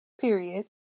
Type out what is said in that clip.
period